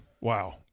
Wow